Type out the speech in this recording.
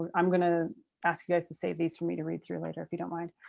um i'm gonna ask you guys to save these for me to read through later, if you don't mind.